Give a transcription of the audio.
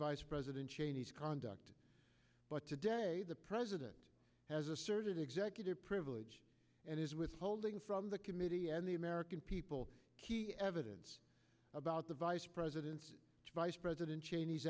vice president cheney's conduct but today the president has asserted executive privilege and is withholding from the committee and the american people key evidence about the vice president vice president cheney's